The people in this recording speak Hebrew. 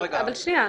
שנייה,